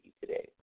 today